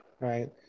Right